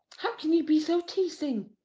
how can you be so teasing?